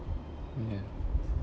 ya